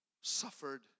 suffered